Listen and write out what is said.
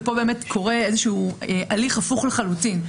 ופה באמת קורה איזשהו הליך הפוך לחלוטין.